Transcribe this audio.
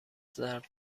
ضرب